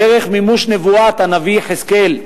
דרך מימוש נבואת הנביא יחזקאל,